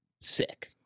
sick